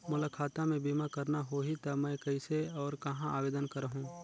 मोला खाता मे बीमा करना होहि ता मैं कइसे और कहां आवेदन करहूं?